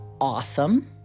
awesome